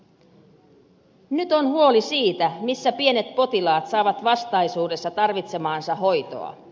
nyt on huoli siitä missä pienet potilaat saavat vastaisuudessa tarvitsemaansa hoitoa